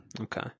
Okay